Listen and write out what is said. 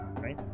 Right